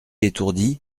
étourdi